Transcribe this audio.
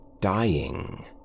dying